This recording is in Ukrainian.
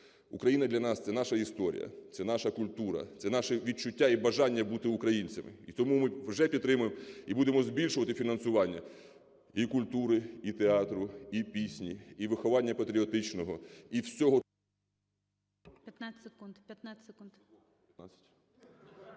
Україна для нас – це наша історія, це наша культура, це наше відчуття і бажання бути українцями. І тому ми вже підтримуємо і будемо збільшувати фінансування і культури, і театру, і пісні, і виховання патріотично, і всього…